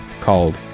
called